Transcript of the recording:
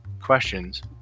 questions